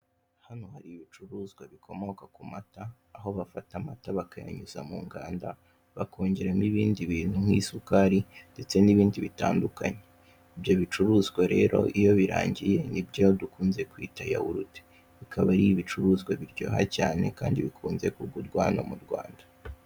Hano hari ibicuruzwa bikomoka ku mata, aho bafata amata bakayanyuza mu nganda bakongeramo ibindi bintu nk'isukari ndetse n'ibindi bitandukanye, ibyo bicuruzwa rero iyo birangiye nibyo dukunze kwita yahurutse, bikaba ari ibicuruzwa biryoha cyane kandi bikunze kugurwa hano mu Rwanda.